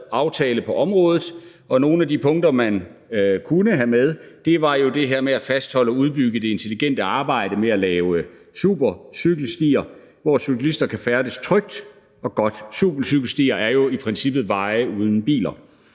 aftale på området, og nogle af de punkter, man kunne have med, var jo det her med at fastholde og udbygge det intelligente arbejde med at lave supercykelstier, hvor cyklister kan færdes trygt og godt. Supercykelstier er jo i princippet veje uden biler,